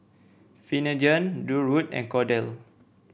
Finnegan Durwood and Cordell